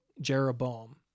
Jeroboam